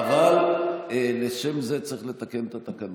אני מתנדבת, אבל לשם זה צריך לתקן את התקנון.